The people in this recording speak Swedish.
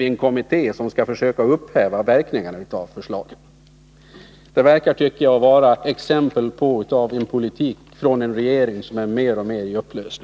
en kommitté som skall försöka häva verkningarna av förslagen. Jag tycker att detta verkar vara exempel på en politik av en regering som mer och mer råkar i upplösning.